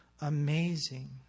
amazing